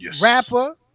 Rapper